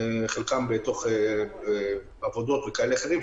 חלקם בעבודות וכאלה אחרים,